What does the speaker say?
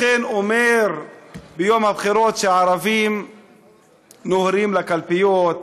לכן הוא אומר ביום הבחירות שהערבים נוהרים לקלפיות,